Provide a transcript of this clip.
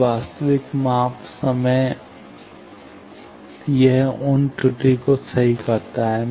तो वास्तविक माप समय यह उन त्रुटि को सही कर सकता है